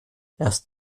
erst